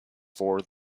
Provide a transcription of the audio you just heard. for